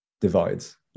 divides